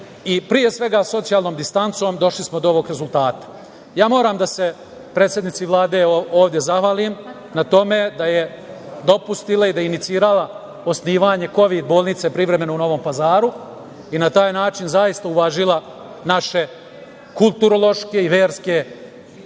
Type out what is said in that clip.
pre svega, socijalnom distancom došli smo do ovog rezultata. Moram da se predsednici Vlade ovde zahvalim na tome da je dopustila i da je inicirala osnivanje privremene Kovid bolnice u Novom Pazaru i na taj način zaista uvažila naše kulturološke i verske